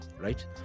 right